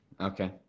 okay